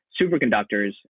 superconductors